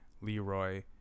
Leroy